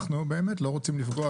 אנחנו לא רוצים לפגוע,